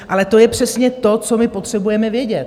Ale to je přesně to, co my potřebujeme vědět.